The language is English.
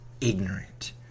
ignorant